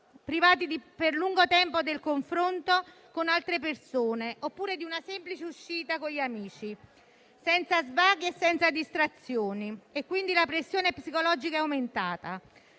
privati per lungo tempo del confronto con altre persone oppure di una semplice uscita con gli amici, senza svaghi e senza distrazioni; quindi, la pressione psicologica è aumentata.